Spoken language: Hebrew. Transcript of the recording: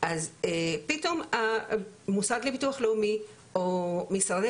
אז פתאום המוסד לביטוח לאומי או משרדי